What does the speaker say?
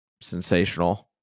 sensational